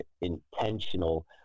intentional